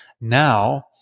Now